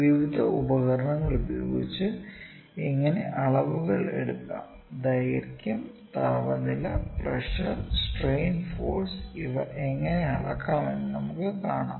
വിവിധ ഉപകരണങ്ങൾ ഉപയോഗിച്ച് എങ്ങനെ അളവുകൾ എടുക്കാം ദൈർഘ്യം താപനില പ്രഷർ സ്ട്രെയിൻ ഫോഴ്സ് ഇവ എങ്ങനെ അളക്കാം എന്ന് നമുക്ക് കാണാം